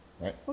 right